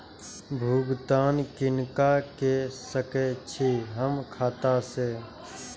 भुगतान किनका के सकै छी हम खाता से?